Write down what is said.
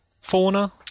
fauna